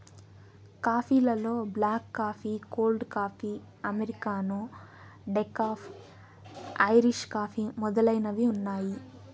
coffee లలో black coffee, cold coffee, americano, decaf, Irish coffee మొదలైనవి ఉన్నాయి